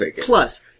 Plus